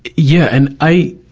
yeah, and i,